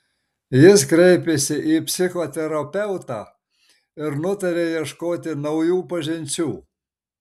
jis kreipėsi į psichoterapeutą ir nutarė ieškoti naujų pažinčių